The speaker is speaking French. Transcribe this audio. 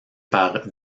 par